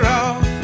off